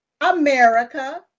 America